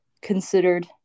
considered